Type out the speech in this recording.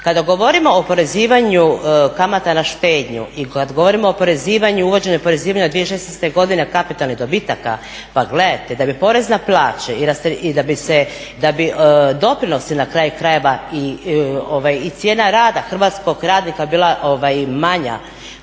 Kada govorimo o oporezivanju kamata na štednju i kad govorimo o oporezivanju, uvođenju oporezivanja 2016. godine kapitalnih dobitaka, pa gledajte, da bi porez na plaće i da bi doprinosi na kraju krajeva i cijena rada, hrvatskog radnika bila manja